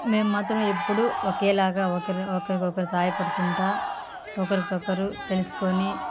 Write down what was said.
మేం మాత్రం ఎప్పుడు ఒకేలాగా ఒకరు ఒకరికొకరు సాయపడకుంటా ఒకరికొకరు తెలుసుకొని